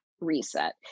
reset